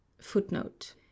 Footnote